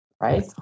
right